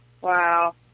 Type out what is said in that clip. Wow